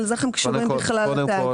אז איך הם קשורים בכלל לתאגיד?